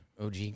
OG